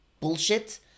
bullshit